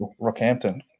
Rockhampton